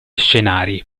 scenari